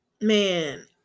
Man